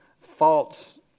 false